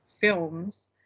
films